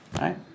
right